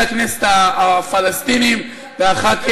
הבהרת.